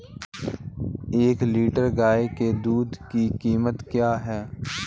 एक लीटर गाय के दूध की कीमत क्या है?